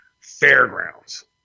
fairgrounds